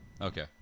okay